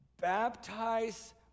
baptize